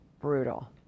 brutal